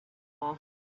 all